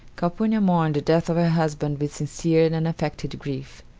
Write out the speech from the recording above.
calpurnia mourned the death of her husband with sincere and unaffected grief.